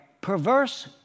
perverse